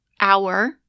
hour